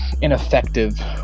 ineffective